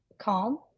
calm